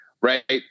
Right